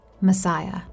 Messiah